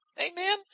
Amen